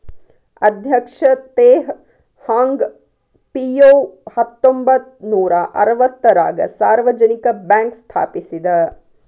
ಅಧ್ಯಕ್ಷ Teh Hong Piow ಹತ್ತೊಂಬತ್ ನೂರಾ ಅರವತ್ತಾರಗ ಸಾರ್ವಜನಿಕ ಬ್ಯಾಂಕ್ ಸ್ಥಾಪಿಸಿದ